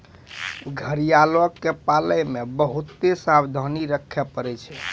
घड़ियालो के पालै मे बहुते सावधानी रक्खे पड़ै छै